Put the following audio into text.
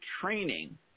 training